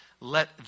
let